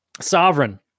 sovereign